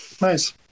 Nice